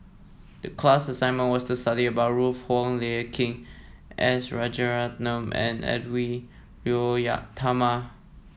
the class assignment was to study about Ruth Wong Hie King S Rajaratnam and Edwy Lyonet Talma